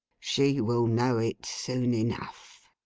she will know it soon enough